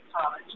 College